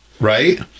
Right